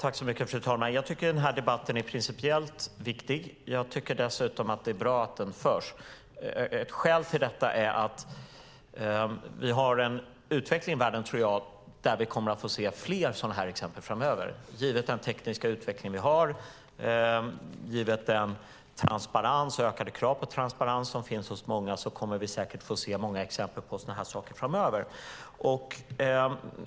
Fru talman! Jag tycker att debatten är principiellt viktig och att det är bra att den förs. Ett skäl till detta är att vi har en utveckling i världen där vi säkert kommer att få se många sådana här exempel framöver, givet den tekniska utveckling vi har och den transparens och de ökade krav på transparens som finns hos många.